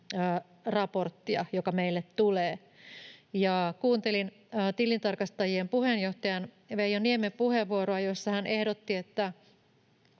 raporttia, joka meille tulee. Kuuntelin tilintarkastajien puheenjohtajan Veijo Niemen puheenvuoroa, jossa hän esitti, että